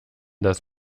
das